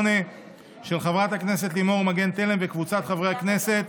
של חברת הכנסת לימור מגן תלם וקבוצת חברי הכנסת